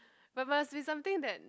but must be something that